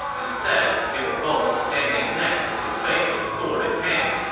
instead, they were both standing next to liu bei with sword in hand.